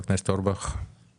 חבר הכנסת אורבך, בבקשה.